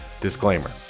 Disclaimer